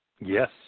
yes